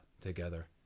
together